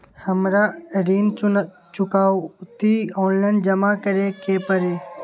हमरा ऋण चुकौती ऑनलाइन जमा करे के परी?